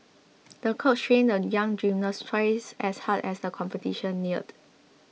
the coach trained the young gymnast twice as hard as the competition neared